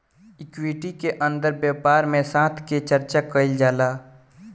equity के अंदर व्यापार में साथ के चर्चा कईल जाला